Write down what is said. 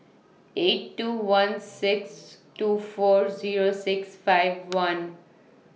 eight two one six two four Zero six five one